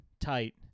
tight